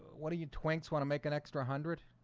what are you twinks want to make an extra hundred?